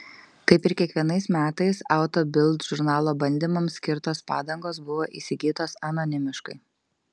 kaip ir kiekvienais metais auto bild žurnalo bandymams skirtos padangos buvo įsigytos anonimiškai